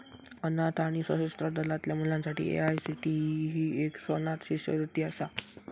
अनाथ आणि सशस्त्र दलातल्या मुलांसाठी ए.आय.सी.टी.ई ही एक स्वनाथ शिष्यवृत्ती असा